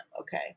okay